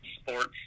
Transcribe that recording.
sports